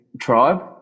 tribe